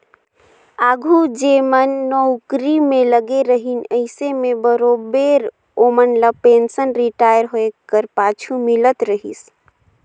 आघु जेमन नउकरी में लगे रहिन अइसे में बरोबेर ओमन ल पेंसन रिटायर होए कर पाछू मिलत रहिस